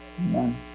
Amen